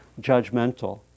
judgmental